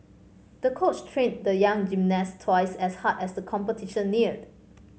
the coach trained the young gymnast twice as hard as the competition neared